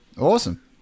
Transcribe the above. Awesome